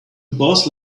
boss